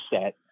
set